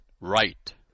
right